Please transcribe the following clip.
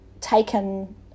taken